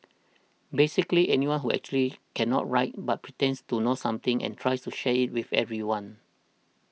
basically anyone who actually cannot write but pretends to know something and tries to share it with everyone